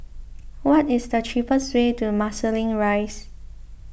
What is the cheapest way to Marsiling Rise